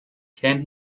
can